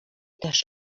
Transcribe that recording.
też